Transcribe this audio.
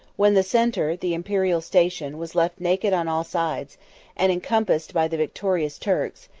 when the centre, the imperial station, was left naked on all sides, and encompassed by the victorious turks,